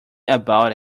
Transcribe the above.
about